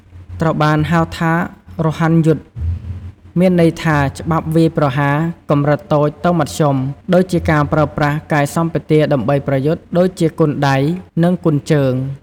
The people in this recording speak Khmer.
ត្រូវបានហៅថា "រហ័នយុទ្ធ" មានន័យថា ច្បាប់វាយប្រហារ កម្រិតតូច ទៅមធ្យម ដូចជាការប្រើប្រាសកាយសម្បទាដើម្បីប្រយុទ្ធ ដូចជាគុនដៃ និងគុនជើង។